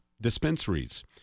dispensaries